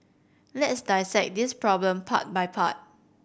let's dissect this problem part by part